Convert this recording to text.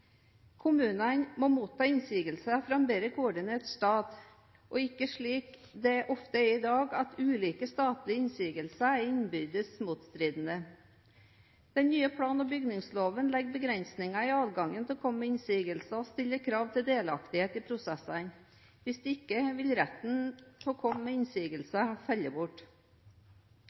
Kommunene må motta innsigelser fra en bedre koordinert stat, og ikke slik det ofte er i dag, at ulike statlige innsigelser er innbyrdes motstridende. Den nye plan- og bygningsloven legger begrensninger i adgangen til å komme med innsigelser og stiller krav til delaktighet i prosessene. Hvis ikke vil retten til å komme med innsigelser falle bort.